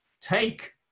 take